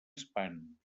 espant